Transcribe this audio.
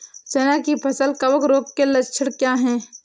चना की फसल कवक रोग के लक्षण क्या है?